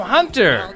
Hunter